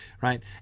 right